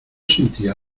sentía